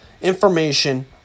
information